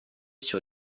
sur